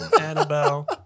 Annabelle